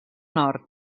nord